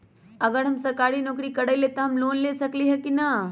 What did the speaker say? अगर हम सरकारी नौकरी करईले त हम लोन ले सकेली की न?